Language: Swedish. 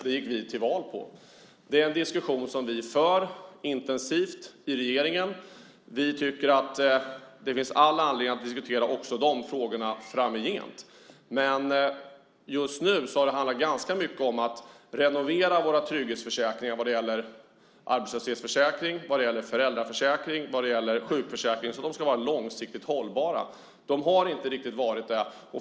Det gick vi till val på. Det är en diskussion som vi för intensivt i regeringen. Vi tycker att det finns all anledning att diskutera också de frågorna framgent. Just nu har det till stor del handlat om att renovera våra trygghetsförsäkringar vad gäller arbetslöshetsförsäkringen, föräldraförsäkringen och sjukförsäkringen. De ska vara långsiktigt hållbara. De har inte riktigt varit det.